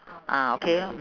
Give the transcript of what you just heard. ah okay mm